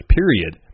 period